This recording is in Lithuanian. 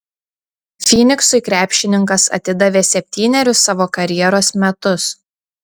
fyniksui krepšininkas atidavė septynerius savo karjeros metus